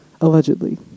allegedly